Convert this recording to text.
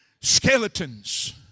skeletons